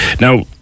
Now